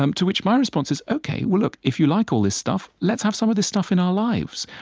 um to which my response is, ok, well, look, if you like all this stuff, let's have some of this stuff in our lives.